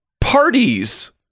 Parties